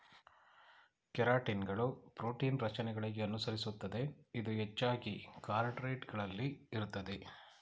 ಕೆರಾಟಿನ್ಗಳು ಪ್ರೋಟೀನ್ ರಚನೆಗಳಿಗೆ ಅನುಸರಿಸುತ್ತದೆ ಇದು ಹೆಚ್ಚಾಗಿ ಕಾರ್ಡೇಟ್ ಗಳಲ್ಲಿ ಇರ್ತದೆ